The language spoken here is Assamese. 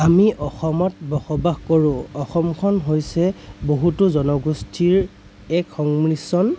আমি অসমত বসবাস কৰোঁ অসমখন হৈছে বহুতো জনগোষ্ঠীৰ এক সংমিশ্ৰণ